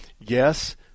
yes